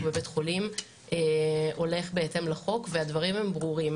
בבית חולים הולך בהתאם לחוק והדברים הם ברורים.